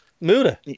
Muda